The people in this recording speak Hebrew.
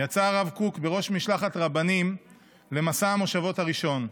יצא הרב קוק בראש משלחת רבנים למסע המושבות הראשון.